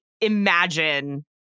imagine